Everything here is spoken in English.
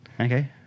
Okay